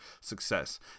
success